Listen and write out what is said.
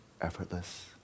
effortless